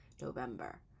november